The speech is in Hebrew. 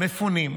מפונים,